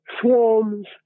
swarms